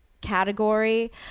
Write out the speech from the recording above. category